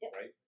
right